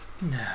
No